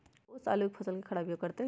ओस आलू के फसल के खराबियों करतै?